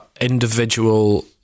individual